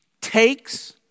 takes